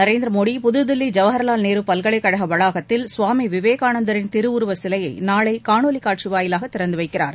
நரேந்திர மோடி புதுதில்லி ஜவஹர்லால் நேரு பல்கலைக்கழக வளாகத்தில் சுவாமி விவேகானந்தரின் திருவுருவச் சிலையை நாளை காணொளி காட்சி வாயிவாக திறந்து வைக்கிறார்